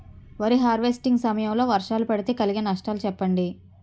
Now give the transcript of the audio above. వరి హార్వెస్టింగ్ సమయం లో వర్షాలు పడితే కలిగే నష్టాలు చెప్పండి?